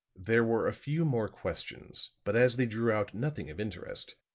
there were a few more questions, but as they drew out nothing of interest,